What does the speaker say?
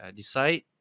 decide